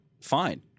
Fine